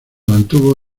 mantuvo